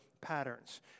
patterns